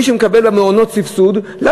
מי שמקבל סבסוד למעונות זה